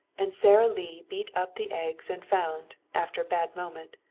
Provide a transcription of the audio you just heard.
and sara lee beat up the eggs and found, after a bad moment,